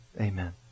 Amen